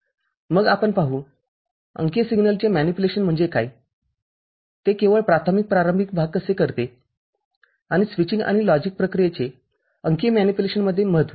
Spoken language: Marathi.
मग आपण पाहू अंकीय सिग्नलचे मॅनिप्युलेशन म्हणजे काय ते केवळ प्राथमिक प्रारंभिक भाग कसे करते आणि स्विचिंग आणि लॉजिक प्रक्रियेचे अंकीय मॅनिप्युलेशनमध्ये महत्त्व